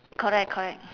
correct correct